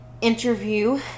interview